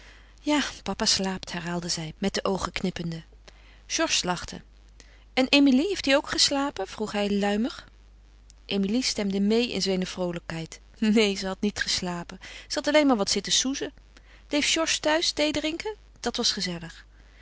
ja papa slaapt herhaalde zij met de oogen knippende georges lachte en emilie heeft die ook geslapen vroeg hij luimig emilie stemde meê in zijne vroolijkheid neen ze had niet geslapen ze had alleen maar wat zitten soezen bleef georges thuis thee drinken dat was gezellig